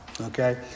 Okay